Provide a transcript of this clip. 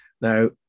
now